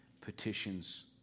petitions